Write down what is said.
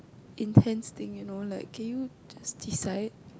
intense thing you know like can you just decide